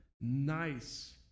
nice